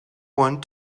want